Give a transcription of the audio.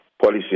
policy